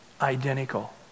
identical